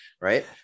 right